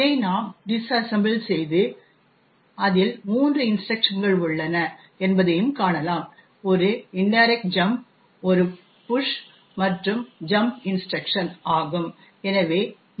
இதை நாம் டிஸ்அசெம்ப்ள் செய்து அதில் மூன்று இன்ஸ்ட்ரக்ஷன்கள் உள்ளன என்பதைக் காணலாம் ஒரு இன்டைரக்ட் ஜம்ப் ஒரு புஷ் மற்றும் ஜம்ப் இன்ஸ்ட்ரக்ஷன் ஆகும்